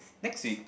next week